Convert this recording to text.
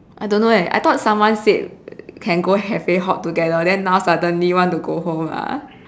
I don't know leh I thought someone said can go to cafe hop together than now suddenly want to go home ah